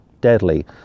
deadly